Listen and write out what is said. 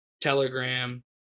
Telegram